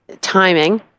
timing